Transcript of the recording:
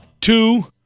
two